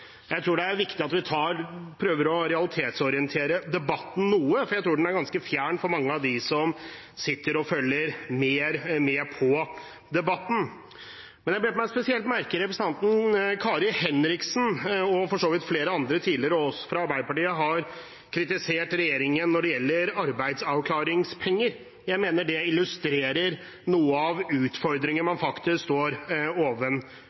Jeg tror det er viktig at vi prøver å realitetsorientere debatten noe, for jeg tror den er ganske fjern for mange av dem som sitter og følger med på den. Men jeg bet meg spesielt merke i at representanten Kari Henriksen, og for så vidt også flere andre før henne fra Arbeiderpartiet, har kritisert regjeringen når det gjelder arbeidsavklaringspenger. Jeg mener det illustrerer noe av